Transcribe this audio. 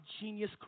genius